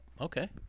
okay